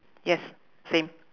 yes same